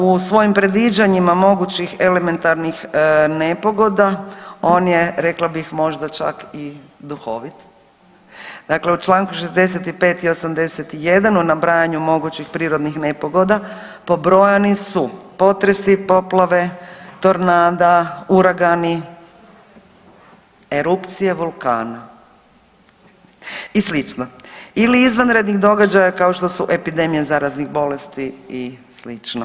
U svojim predviđanjima mogućih elementarnih nepogoda, on je rekla bih možda čak i duhovit, dakle u čl. 65. i 81. u nabrajanju mogućih prirodnih nepogoda pobrojani su potresi, poplave, tornada, uragani, erupcije vulkana i sl. ili izvanrednih događaja kao što epidemija zaraznih bolesti i sl.